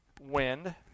wind